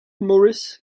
morris